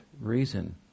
reason